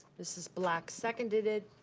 mrs. black seconded it,